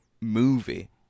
movie